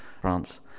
France